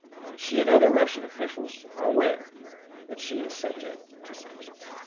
and she and other russian officials are aware that she is subject to sanctions.